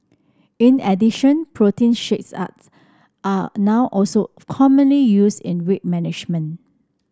in addition protein shakes are now also commonly used in weight management